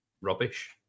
Rubbish